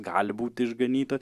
gali būti išganytas